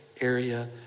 area